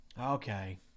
Okay